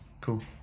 Cool